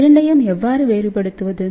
இரண்டையும் எவ்வாறு வேறுபடுத்துவது